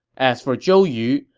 as for zhou yu,